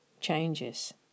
changes